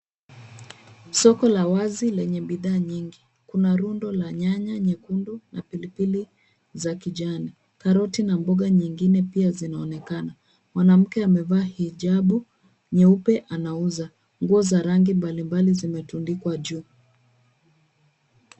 Soko la wazi lenye bidhaa nyingi. Kuna rundo la nyanya nyekundu na pilipili za kijani, karoti na mboga nyingine pia zinaonekana. Mwanamke amevaa hijabu nyeupe anauza. Nguo za rangi mbalimbali zimetundikwa juu.